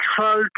fault